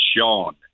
Sean